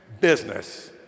business